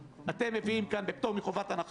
אנשים שהיו איתי ואיתנו במה שהיה פעם כחול לבן,